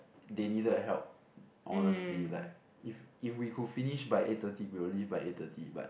they needed a help honestly like if if we could finish by eight thirty we will leave by eight thirty but